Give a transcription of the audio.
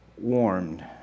warmed